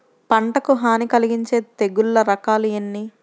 పంటకు హాని కలిగించే తెగుళ్ళ రకాలు ఎన్ని?